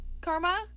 Karma